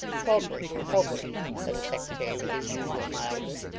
popery, popery said the secretary with his usual mildness.